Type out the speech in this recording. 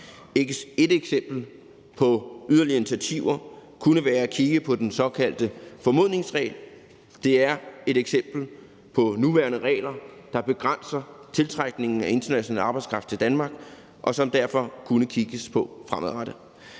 Et eksempel på yderligere initiativer kunne være at kigge på den såkaldte formodningsregel. Det er et eksempel på nuværende regler, der begrænser tiltrækningen af international arbejdskraft til Danmark, og som der derfor kunne kigges på fremadrettet.